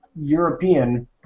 European